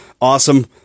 awesome